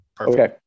Okay